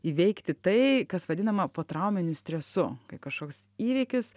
įveikti tai kas vadinama potrauminiu stresu kai kažkoks įvykis